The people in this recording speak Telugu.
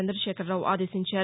చంద్రశేఖరరావు ఆదేశించారు